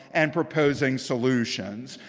and proposing solutions.